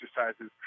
exercises